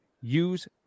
Use